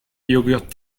yogurt